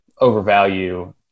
overvalue